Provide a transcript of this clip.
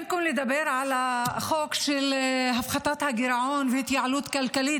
במקום לדבר על החוק של הפחתת הגירעון והתייעלות כלכלית,